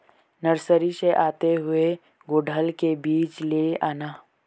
nursery से आते हुए गुड़हल के बीज ले आना